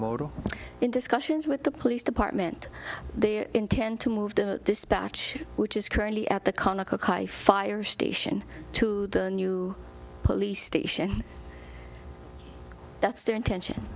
moto in discussions with the police department they intend to move to dispatch which is currently at the conoco kif fire station to the new police station that's their intention